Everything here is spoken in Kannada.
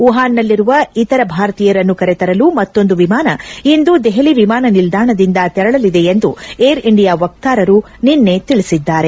ವುಹಾನ್ ನಲ್ಲಿರುವ ಇತರ ಭಾರತೀಯರನ್ನು ಕರೆತರಲು ಮತ್ತೊಂದು ವಿಮಾನ ಇಂದು ದೆಪಲಿ ವಿಮಾನನಿಲ್ದಾಣದಿಂದ ತೆರಳಲಿದೆ ಎಂದು ಏರ್ ಇಂಡಿಯಾ ವಕ್ತಾರ ನಿನ್ನೆ ತಿಳಿಸಿದ್ದಾರೆ